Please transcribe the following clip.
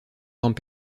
formes